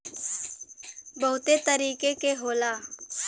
बहुते तरीके के होला